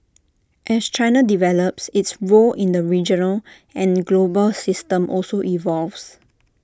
as China develops its role in the regional and global system also evolves